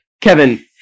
Kevin